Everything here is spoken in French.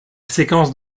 séquence